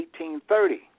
1830